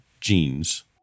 genes